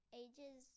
ages